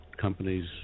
companies